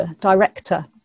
director